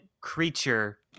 creature